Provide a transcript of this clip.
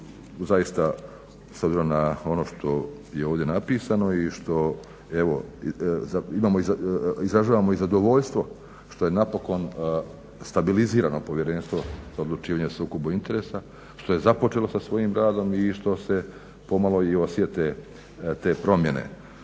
zaista s obzirom na ono što je ovdje napisano i što evo, imamo, izražavamo i zadovoljstvo što je napokon stabilizirano povjerenstvo o odlučivanju sukoba interesa, što je započelo sa svojim radom i što se pomalo i osjete te promjene.